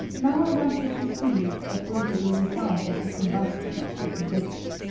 now i want you to see what will be the result of the combustion of this zinc.